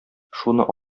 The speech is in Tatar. шуны